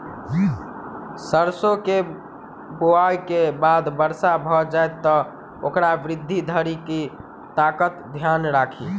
सैरसो केँ बुआई केँ बाद वर्षा भऽ जाय तऽ ओकर वृद्धि धरि की बातक ध्यान राखि?